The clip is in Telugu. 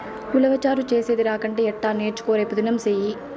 ఉలవచారు చేసేది రాకంటే ఎట్టా నేర్చుకో రేపుదినం సెయ్యి